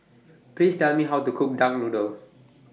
Please Tell Me How to Cook Duck Noodle